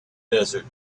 desert